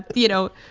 you know,